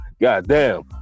goddamn